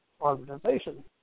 organization